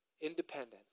Independent